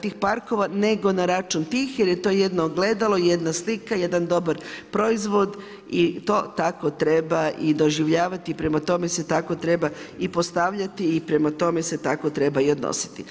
tih parkova, nego na račun tih jer je to jedno ogledalo, jedna slika, jedan dobar proizvod i to tako treba i doživljavati i prema tome se tako treba i postavljati i prema tome se tako treba i odnositi.